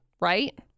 Right